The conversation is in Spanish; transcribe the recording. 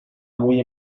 muy